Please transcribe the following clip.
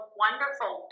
wonderful